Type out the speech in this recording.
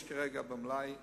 יש כרגע במלאי